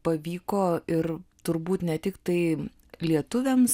pavyko ir turbūt ne tiktai lietuviams